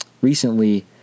Recently